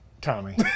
Tommy